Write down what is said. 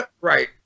Right